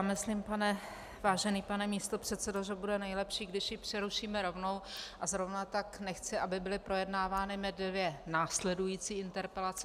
Myslím si, vážený pane místopředsedo, že bude nejlepší, když ji přerušíme rovnou, a zrovna tak nechci, aby byly projednávány mé dvě následující interpelace.